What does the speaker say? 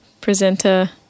presenter